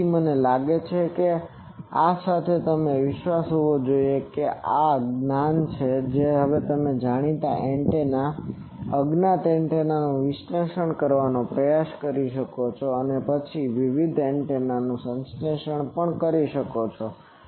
તેથી મને લાગે છે કે આ સાથે તમને વિશ્વાસ હોવો જોઈએ કે આ જ્ જ્ઞાન સાથે તમે હવે જાણીતા એન્ટેના અજ્ઞાત એન્ટેનાનું વિશ્લેષણ કરવાનો પ્રયાસ કરી શકો છો અને પછી તમે વિવિધ એન્ટેનાનું સંશ્લેષણ પણ કરી શકો છો